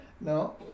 No